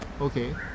Okay